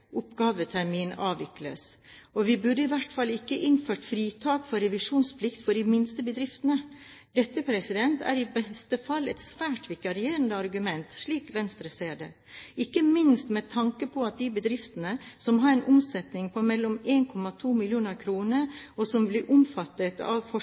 oppgavetermin avvikles. Vi burde i hvert fall ikke innført fritak for revisjonsplikt for de minste bedriftene. Dette er i beste fall et svært vikarierende argument, slik Venstre ser det, ikke minst med tanke på at de bedriftene som har en omsetning på mellom 1 mill. kr og 2 mill. kr, og som vil bli omfattet av